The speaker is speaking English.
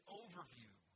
overview